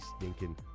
stinking